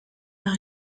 par